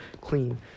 clean